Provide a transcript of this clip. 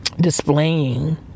Displaying